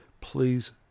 Please